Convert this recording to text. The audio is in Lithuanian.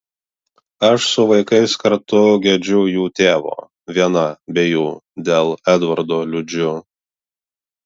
aš su vaikais kartu gedžiu jų tėvo viena be jų dėl edvardo liūdžiu